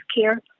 care